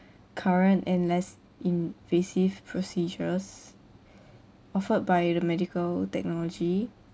current and less invasive procedures offered by the medical technology